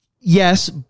Yes